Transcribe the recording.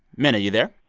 minna, you there?